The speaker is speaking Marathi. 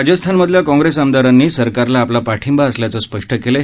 राजस्थानमधल्या काँग्रेस आमदारांनी सरकारला आपला पाठिंबा असल्याचं स्पष्ट केलं आहे